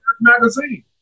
magazine